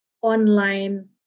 online